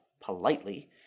politely